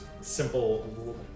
simple